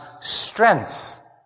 strength